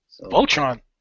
Voltron